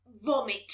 vomit